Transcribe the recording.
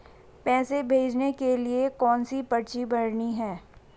पैसे भेजने के लिए कौनसी पर्ची भरनी है?